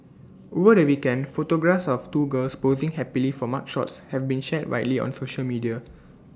over the weekend photographs of two girls posing happily for mugshots have been shared widely on social media